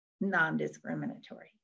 non-discriminatory